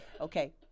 Okay